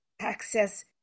access